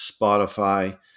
Spotify